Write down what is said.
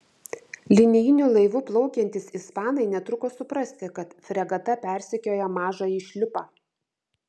linijiniu laivu plaukiantys ispanai netruko suprasti kad fregata persekioja mažąjį šliupą